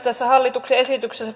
tässä hallituksen esityksessä